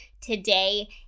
today